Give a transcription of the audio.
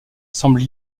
semble